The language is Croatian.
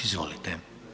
Izvolite.